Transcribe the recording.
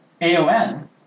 AON